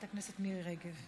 חברת הכנסת מירי רגב.